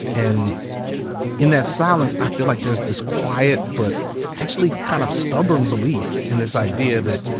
and in that silence i feel like there's this quiet but actually kind of stubborn belief in this idea that,